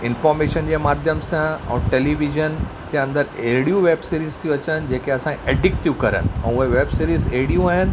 information जे माध्यमु सां ऐं टेलीविजन जे अंदरि एॾियूं वेब सीरीज़ थियूं अचनि जेके असां एडिक्ट थियू करण ऐं वेब सीरीज एॾियूं आहिनि